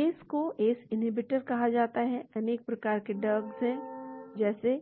ACE को ACE inhibitor कहा जाता है अनेक प्रकार के ड्रग्स हैं